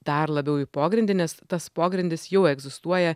dar labiau į pogrindį nes tas pogrindis jau egzistuoja